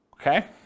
Okay